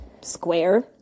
Square